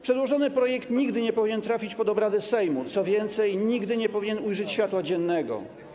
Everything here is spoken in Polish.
Przedłożony projekt nigdy nie powinien trafić pod obrady Sejmu, co więcej, nigdy nie powinien ujrzeć światła dziennego.